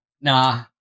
Nah